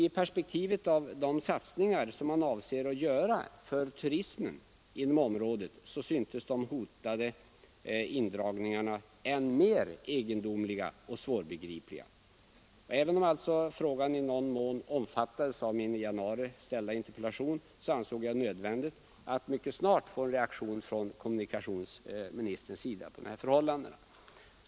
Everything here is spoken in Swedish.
I perspektivet av de satsningar som man avser att göra för turismen inom området syntes de hotade indragningarna än mer egendomliga och svårbegripliga. Även om frågan i någon mån omfattades av min i januari ställda interpellation, ansåg jag det nödvändigt att mycket snart få en reaktion från kommunikationsministerns sida på dessa förhållanden.